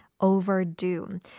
overdue